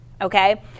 okay